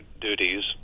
duties